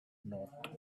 not